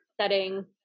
setting